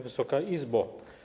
Wysoka Izbo!